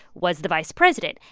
was the vice president.